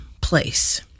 place